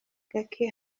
gake